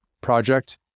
project